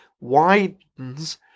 widens